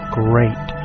great